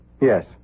Yes